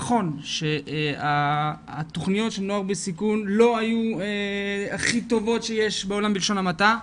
נכון שהתכניות של נוער בסיכון לא היו הכי טובות שיש בעולם בלשון המעטה,